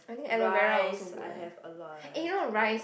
rice I have a lot I have quite a lot